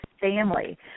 family